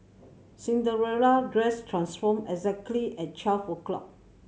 Cinderella dress transformed exactly at twelve o'clock